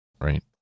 Right